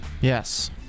Yes